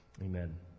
Amen